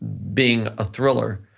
being a thriller,